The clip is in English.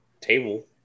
Table